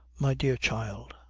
my dear child.